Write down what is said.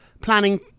planning